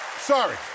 Sorry